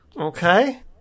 Okay